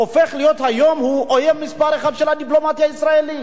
הופך להיות היום אויב מספר אחת של הדיפלומטיה הישראלית.